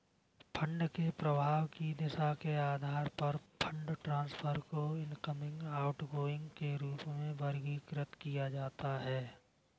fund के प्रवाह की दिशा के आधार पर फंड ट्रांसफर को इनकमिंग, आउटगोइंग के रूप में वर्गीकृत किया जाता है